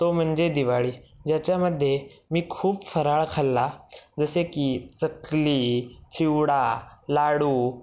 तो म्हणजे दिवाळी ज्याच्यामध्ये मी खूप फराळ खाल्ला जसे की चकली चिवडा लाडू